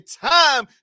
time